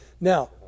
Now